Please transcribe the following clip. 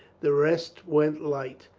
the rest went light.